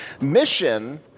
mission